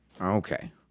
Okay